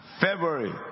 February